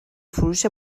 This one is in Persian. فروش